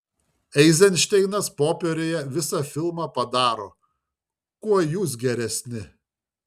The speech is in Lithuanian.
eizenšteinas popieriuje visą filmą padaro kuo jūs geresni